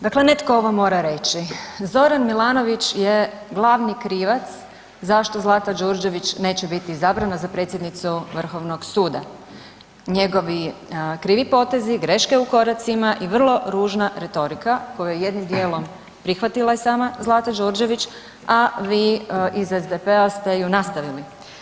Dakle, netko ovo mora reći, Zoran Milanović je glavni krivac zašto Zlata Đurđević neće biti izabrana za predsjednicu Vrhovnog suda, njegovi krivi potezi, greške u koracima i vrlo ružna retorika koju je jednim dijelom prihvatila i sama Zlata Đurđević, a vi iz SDP-a ste ju nastavili.